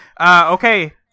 okay